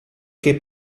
che